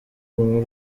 nkuru